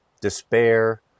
despair